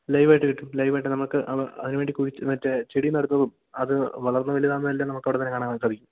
ലൈവായിട്ട് കിട്ടും ലൈവായിട്ട് നമുക്ക് അള അതിന് വേണ്ടി കുഴിച്ച് മറ്റേ ചെടി നടുന്നതും അത് വളർന്ന് വലുതാകുന്നതെല്ലാം നമുക്ക് അവിടെ തന്നെ കാണാൻ വേണ്ടി സാധിക്കും